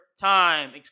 time